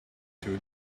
too